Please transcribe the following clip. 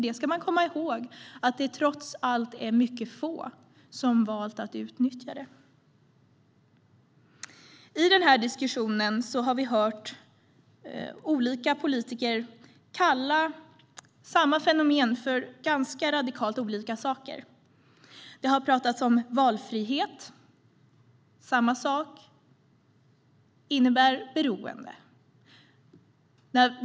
Man ska komma ihåg att det trots allt är mycket få som valt att utnyttja det. I diskussionen har vi hört olika politiker kalla samma fenomen för ganska radikalt olika saker. Det har talats om valfrihet och att samma sak innebär beroende.